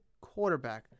quarterback